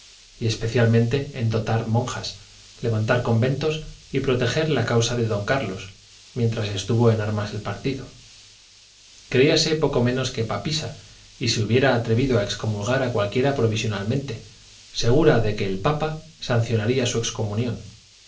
y especialmente en dotar monjas levantar conventos y proteger la causa de don carlos mientras estuvo en armas el partido creíase poco menos que papisa y se hubiera atrevido a excomulgar a cualquiera provisionalmente segura de que el papa sancionaría su excomunión